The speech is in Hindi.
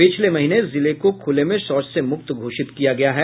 पिछले महीने जिले को खुले में शौच से मुक्त घोषित किया गया है